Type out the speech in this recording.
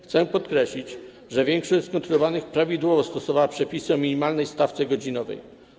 Chcę podkreślić, że większość skontrolowanych prawidłowo stosowała przepisy o minimalnej stawce godzinowej.